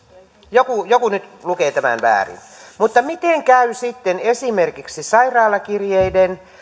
joku joku nyt lukee tämän väärin miten käy sitten esimerkiksi sairaalakirjeiden